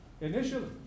initially